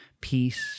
peace